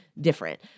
different